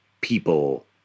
people